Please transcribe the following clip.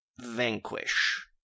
vanquish